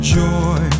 joy